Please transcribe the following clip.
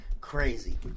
crazy